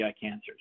cancers